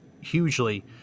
hugely –